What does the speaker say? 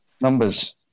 Numbers